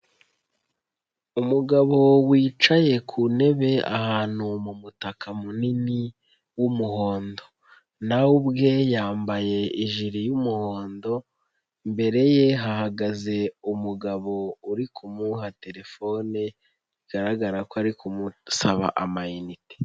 Umugabo wicaye ku ntebe ahantu mu mutaka munini w'umuhondo na we ubwe yambaye ijiri y'umuhondo, imbere ye hahagaze umugabo uri kumuha telefone bigaragara ko ari kumusaba amayiniti.